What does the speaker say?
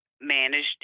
managed